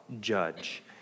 judge